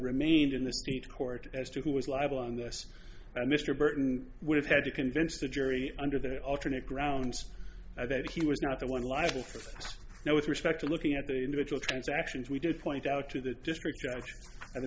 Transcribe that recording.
remained in the state court as to who was live on this and mr burton would have had to convince the jury under the alternate grounds that he was not the one liable for now with respect to looking at the individual transactions we did point out to the district j